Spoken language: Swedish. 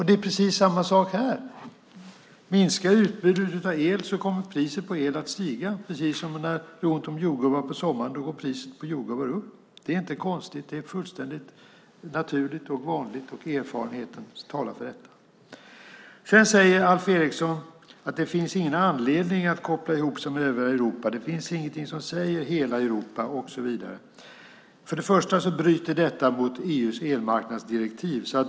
Det är samma sak här. Minskar utbudet av el kommer priset på el att stiga. Det är inte konstigt utan fullständigt naturligt och vanligt, vilket erfarenheten talar för. Alf Eriksson säger att det inte finns någon anledning att koppla ihop sig med övriga Europa och att det inte finns något som säger hela Europa. För det första bryter detta mot EU:s elmarknadsdirektiv.